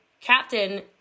captain